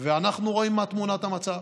אנחנו רואים מה תמונת המצב.